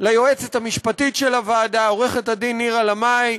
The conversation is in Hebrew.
ליועצת המשפטית של הוועדה, עורכת-הדין נירה לאמעי,